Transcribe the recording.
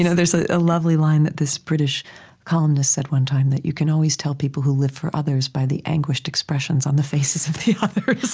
you know there's ah a lovely line that this british columnist said, one time, that you can always tell people who live for others by the anguished expressions on the faces of the others.